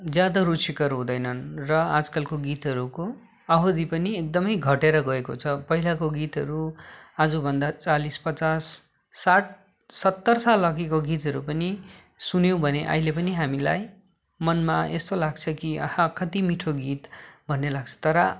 ज्यादा रुचिकर हुँदैनन् आजकलको गीतहरूको अवधि पनि एकदमै घटेर गएको छ पहिलाको गीतहरू आजभन्दा चालिस पचास साठ सत्तर सालअघिको गीतहरू पनि सुन्यौँ भने अहिलेको पनि हामीलाई मनमा यस्तो लाग्छ कि आह कति मिठो गीत भन्ने लाग्छ तर